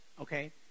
Okay